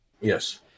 yes